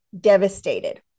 devastated